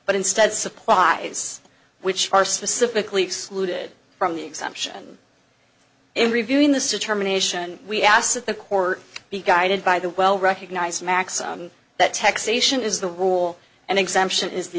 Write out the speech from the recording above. but instead supplies which are specifically excluded from the exemption and in reviewing the situation we asked that the court be guided by the well recognized maxim that taxation is the rule and exemption is the